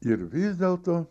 ir vis dėlto